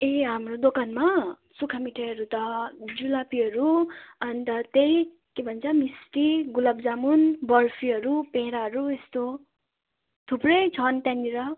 ए हाम्रो दोकानमा सुक्खा मिठाईहरू त जुलापीहरू अन्त त्यही के भन्छ मिस्टी गुलाबजामुन बर्फीहरू पेडाहरू यस्तो थुप्रै छन् त्यहाँनिर